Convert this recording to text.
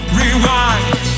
rewind